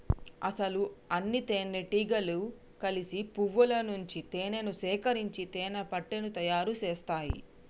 అసలు అన్నితేనెటీగలు కలిసి పువ్వుల నుంచి తేనేను సేకరించి తేనెపట్టుని తయారు సేస్తాయి